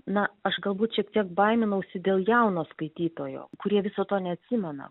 na aš galbūt šiek tiek baiminausi dėl jauno skaitytojo kurie viso to neatsimena